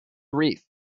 grief